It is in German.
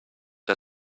der